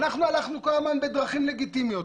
הלכנו כל הזמן בדרכים לגיטימיות.